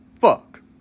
Fuck